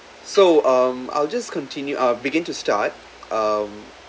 so um I'll just continue I'll begin to start um